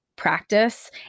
practice